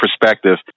perspective